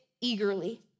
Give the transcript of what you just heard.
eagerly